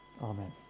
Amen